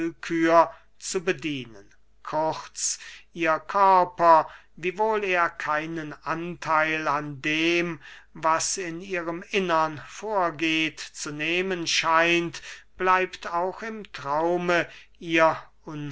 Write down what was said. zu bedienen kurz ihr körper wiewohl er keinen antheil an dem was in ihrem innern vorgeht zu nehmen scheint bleibt auch im traume ihr